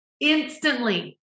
instantly